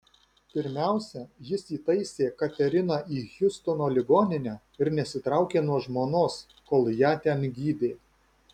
pirmiausia jis įtaisė kateriną į hjustono ligoninę ir nesitraukė nuo žmonos kol ją ten gydė